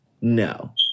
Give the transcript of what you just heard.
no